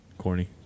corny